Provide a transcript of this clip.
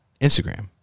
Instagram